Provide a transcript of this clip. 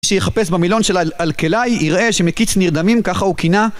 שיחפש במילון של אלקלעי, יראה שמקיץ נרדמים, ככה הוא כינה